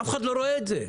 אף אחד לא רואה את זה.